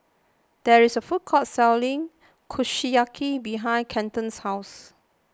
there is a food court selling Kushiyaki behind Kenton's house